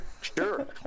Sure